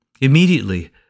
Immediately